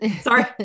sorry